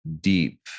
deep